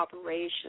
operation